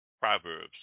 Proverbs